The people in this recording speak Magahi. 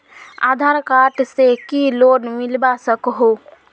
आधार कार्ड से की लोन मिलवा सकोहो?